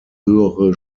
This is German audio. höhere